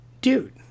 dude